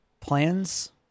Plans